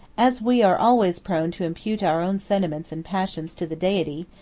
as we are always prone to impute our own sentiments and passions to the deity,